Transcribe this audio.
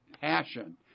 passion